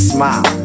Smile